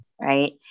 right